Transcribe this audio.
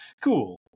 cool